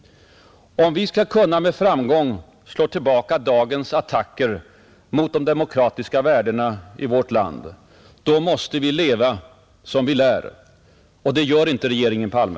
Skall vi kunna med framgång slå tillbaka dagens attacker mot de demokratiska värdena, då måste vi leva som vi lär, Och det gör inte regeringen Palme.